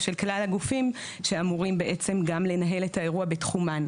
או של כלל הגופים שאמורים בעצם גם לנהל את האירוע בתחומן.